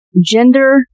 gender